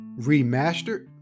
remastered